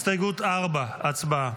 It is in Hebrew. הסתייגות 4. הצבעה.